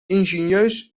ingenieus